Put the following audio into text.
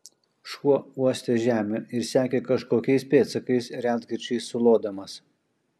šuo uostė žemę ir sekė kažkokiais pėdsakais retkarčiais sulodamas